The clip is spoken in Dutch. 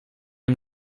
hem